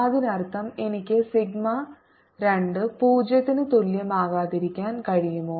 അതിനർത്ഥം എനിക്ക് സിഗ്മ 2 0 ന് തുല്യമാകാതിരിക്കാൻ കഴിയുമോ